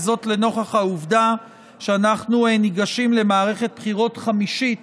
וזאת לנוכח העובדה שאנחנו ניגשים למערכת בחירות חמישית